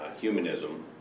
humanism